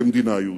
למדינה יהודית.